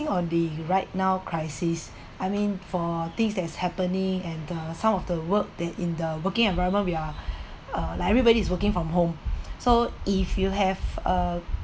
on the right now crisis I mean for things that is happening and the some of the work that in the working environment we are uh like everybody's working from home so if you have uh